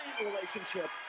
relationship